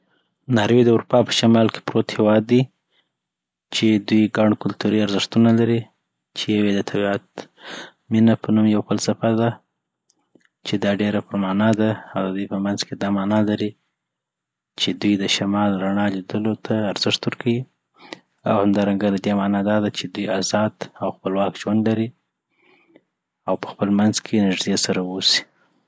ناروی د اروپا په شمال کي پروت هیواد دي چي دوي ګڼ کلتوري ارزښتونه لري چي یو یی د طبیعت مینه په نوم يو فلسفه ده چي دا ډیره پر معنی ده او ددوی په منځ کي دا معنی لري چی دوی دشمالی رڼا لیدولو ته ارزښت ورکي او همدارنګه ددی معنی داده چي دوی ازاد او خپلواک ژوند ولري او خپل په منځ کی نژدی سره اوسي